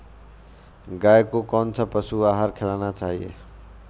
गाय को कौन सा पशु आहार खिलाना चाहिए?